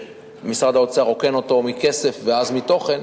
שמשרד האוצר רוקן אותו מכסף ואז מתוכן,